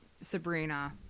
Sabrina